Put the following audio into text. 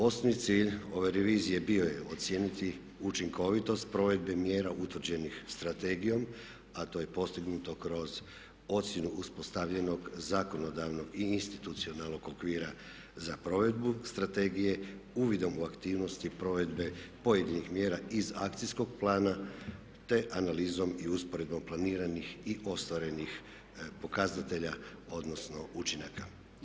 Osnovni cilj ove revizije bio je ocijeniti učinkovitost provedbe mjera utvrđenih strategijom, a to je postignuto kroz ocjenu uspostavljenog zakonodavnog i institucionalnog okvira za provedbu strategije uvidom u aktivnosti provedbe pojedinih mjera iz akcijskog plana te analizom i usporedbom planiranih i ostvarenih pokazatelja odnosno učinaka.